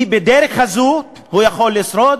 כי בדרך הזאת הוא יכול לשרוד,